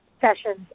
sessions